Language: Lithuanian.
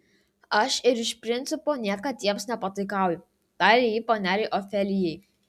aš iš principo niekad jiems nepataikauju tarė ji panelei ofelijai